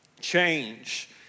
change